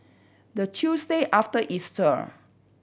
the Tuesday after Easter